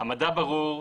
המדע ברור,